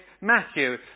Matthew